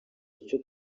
icyo